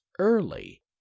early